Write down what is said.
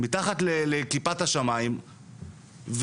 מתחת לכיפת השמיים,